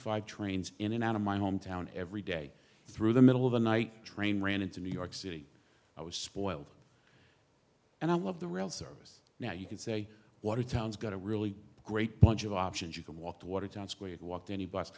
five trains in and out of my hometown every day through the middle of the night train ran into new york city i was spoiled and i love the rail service now you can say what it sounds got a really great bunch of options you can walk to watertown square to walk to any bu